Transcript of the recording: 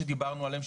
שדיברנו עליהם,